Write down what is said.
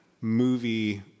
movie